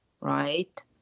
right